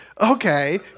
okay